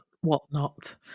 whatnot